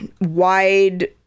wide